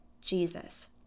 Jesus